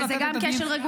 נכון, וזה גם קשר רגולטורי.